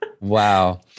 Wow